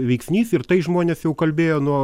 veiksnys ir tai žmonės jau kalbėjo nuo